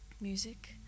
music